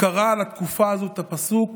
קרא על התקופה הזאת את הפסוק